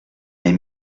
mes